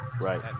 Right